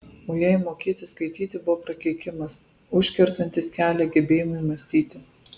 o jai mokėti skaityti buvo prakeikimas užkertantis kelią gebėjimui mąstyti